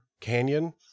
Canyon